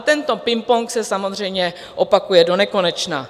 Tento pingpong se samozřejmě opakuje donekonečna.